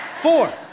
Four